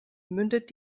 mündet